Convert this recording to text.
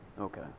Okay